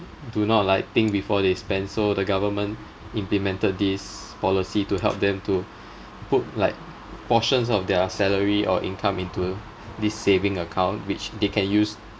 do not like think before they spend so the government implemented this policy to help them to put like portions of their salary or income into this saving account which they can use